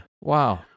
Wow